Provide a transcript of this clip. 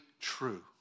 true